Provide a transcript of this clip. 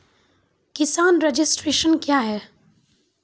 किसान रजिस्ट्रेशन क्या हैं?